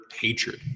hatred